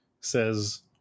says